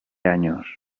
años